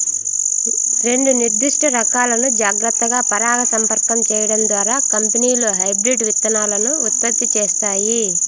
రెండు నిర్దిష్ట రకాలను జాగ్రత్తగా పరాగసంపర్కం చేయడం ద్వారా కంపెనీలు హైబ్రిడ్ విత్తనాలను ఉత్పత్తి చేస్తాయి